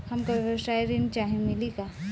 हमका व्यवसाय ऋण चाही मिली का?